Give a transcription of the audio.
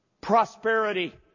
Prosperity